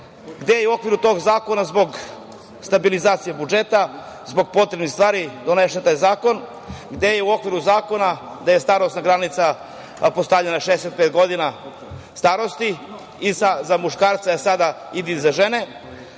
gde je u okviru tog zakona zbog stabilizacije budžeta zbog potrebnih stvari donesen taj zakon, gde je u okviru zakona starosna granica postavljena 65 godina starosti i za muškarce, a sada i za žene